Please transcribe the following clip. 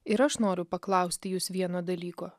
ir aš noriu paklausti jus vieno dalyko